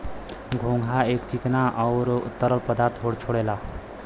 घोंघा एक चिकना आउर तरल पदार्थ छोड़ेला